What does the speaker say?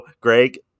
Greg